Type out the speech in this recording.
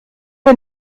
wir